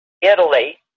Italy